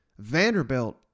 Vanderbilt